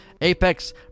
Apex